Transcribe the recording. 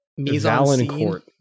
Valencourt